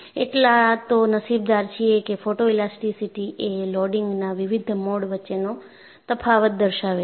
એટલા તો નસીબદાર છીએ છે કે ફોટોએલાસ્ટીસીટી એ લોડિંગના વિવિધ મોડ વચ્ચેનો તફાવત દર્શાવે છે